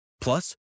Plus